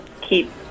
keep